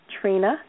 Trina